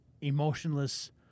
emotionless